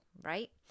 Right